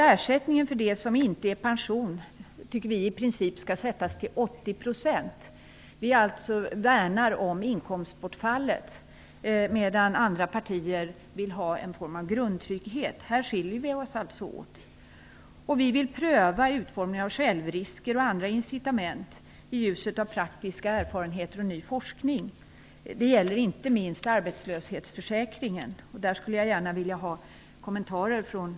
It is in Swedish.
Ersättningen för det som inte är pension tycker vi i princip skall sättas till 80 %. Vi värnar om inkomstbortfallet, medan andra partier vill ha en form av grundtrygghet. Här skiljer vi oss alltså åt. Vi vill pröva utformningen av självrisker och andra incitament i ljuset av praktiska erfarenheter och ny forskning. Det gäller inte minst arbetslöshetsförsäkringen. Jag skulle gärna vilja att statsrådet kommenterar detta.